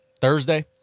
Thursday